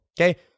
okay